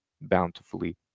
bountifully